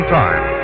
time